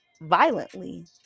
violently